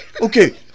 okay